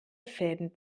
fäden